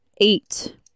Eight